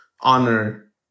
honor